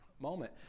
moment